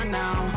now